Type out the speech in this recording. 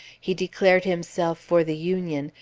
he declared himself for the union,